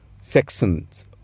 sections